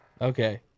Okay